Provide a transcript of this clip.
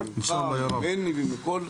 דרך אגב וכך גם ארכיונים פרטיים,